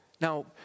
Now